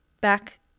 back